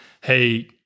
hey